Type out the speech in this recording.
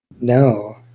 No